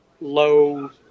low